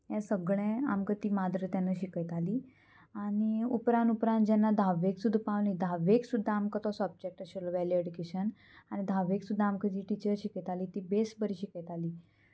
हें सगळें आमकां ती माद्र तेन्ना शिकयताली आनी उपरांत उपरांत जेन्ना धाव्वेक सुद्दां पावलीं धावेक सुद्दां आमकां तो सब्जेक्ट आशिल्लो वेल्यू एडुकेशन आनी धाव्वेक सुद्दां आमकां जी टिचर शिकयताली ती बेस बरी शिकयताली